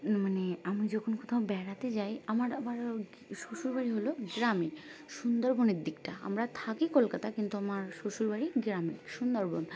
মানে আমি যখন কোথাও বেড়াতে যাই আমার আবার শ্বশুরবাড়ি হলো গ্রামে সুন্দরবনের দিকটা আমরা থাকি কলকাতা কিন্তু আমার শ্বশুরবাড়ি গ্রামে সুন্দরবন